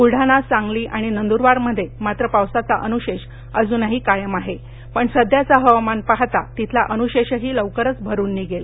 बुलडाणा सांगली आणि नंदुरबार मध्ये मात्र पावसाचा अनुशेष अजूनही कायम आहे पण सध्याचं हवामान पाहता तिथला अनुशेषही लवकरच भरून निघेल